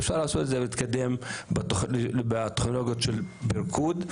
אפשר לעשות את זה בטכנולוגיות של בירקוד מתקדם,